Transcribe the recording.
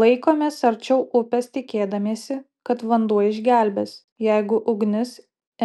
laikomės arčiau upės tikėdamiesi kad vanduo išgelbės jeigu ugnis